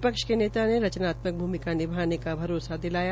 विपक्ष के नेता ने रचनात्मक भूमिका निभाने का भरोसा दिलाया